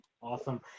awesome